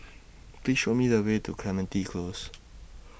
Please Show Me The Way to Clementi Close